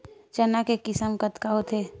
चना के किसम कतका होथे?